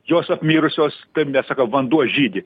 jos apmirusios kaip mes sakom vanduo žydi